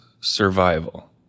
survival